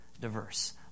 diverse